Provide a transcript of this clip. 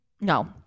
No